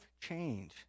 change